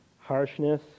harshness